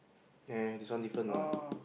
there this one different [what]